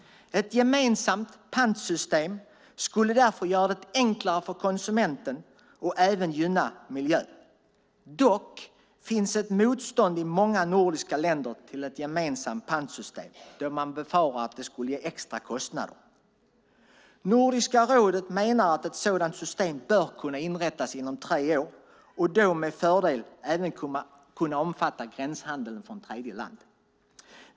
Ett gemensamt pantsystem skulle därför göra det enklare för konsumenten och även gynna miljön. Dock finns det i flera nordiska länder ett motstånd mot ett gemensamt pantsystem då man befarar att det skulle ge extra kostnader. Nordiska rådet menar att ett sådant här system bör kunna inrättas inom tre år och då med fördel även omfatta gränshandeln med tredje land.